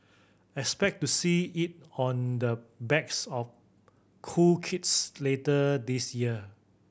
expect to see it on the backs of cool kids later this year